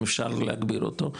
אם אפשר להגביר אותו,